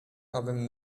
abym